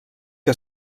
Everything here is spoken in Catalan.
que